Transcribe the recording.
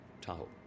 Tahoe